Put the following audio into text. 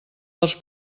dels